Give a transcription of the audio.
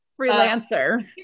Freelancer